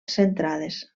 centrades